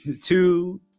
two